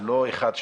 זה לא אחד-שניים.